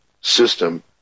system